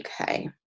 Okay